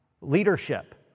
Leadership